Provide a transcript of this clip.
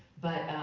but